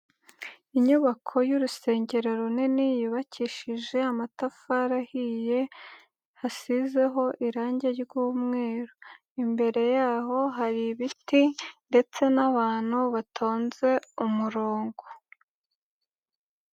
Inyubako y'urusengero runini yubakishije amatafari ahiye, hasizeho irangi ry'mweru. Imbere yaho hari ibiti ndetse n'abantu batonze umurongo.